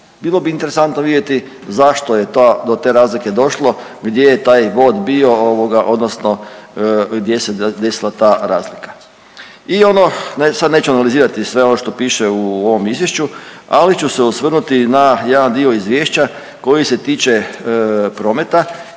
Bilo bi interesantno vidjeti zašto je do te razlike došlo, gdje je taj bod bio odnosno gdje se desila ta razlika. I ono sad neću analizirati sve ono što piše u ovom izvješću, ali ću se osvrnuti na jedan dio izvješća koji se tiče prometa